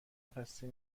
خسته